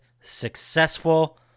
successful